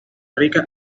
rica